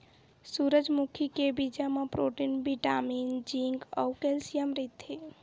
सूरजमुखी के बीजा म प्रोटीन, बिटामिन, जिंक अउ केल्सियम रहिथे